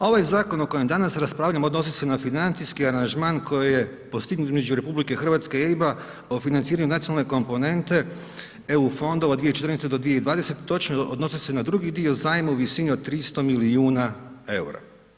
Ovaj zakon o kojem danas raspravljamo odnosi se na financijski aranžman koji je postignut između RH i EIB-a o financiranju nacionalne komponente EU fondova 2014.-2020. točno odnose se na drugi dio zajma u visini od 300 milijuna eura.